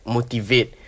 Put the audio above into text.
Motivate